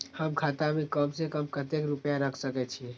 हम खाता में कम से कम कतेक रुपया रख सके छिए?